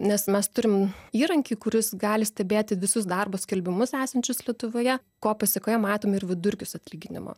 nes mes turim įrankį kuris gali stebėti visus darbo skelbimus esančius lietuvoje ko pasekoje matom ir vidurkius atlyginimo